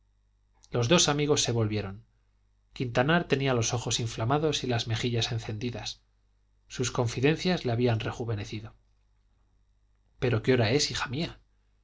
los dos amigos se volvieron quintanar tenía los ojos inflamados y las mejillas encendidas sus confidencias le habían rejuvenecido pero qué hora es hija mía